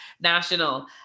national